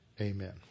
Amen